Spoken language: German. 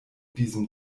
diesem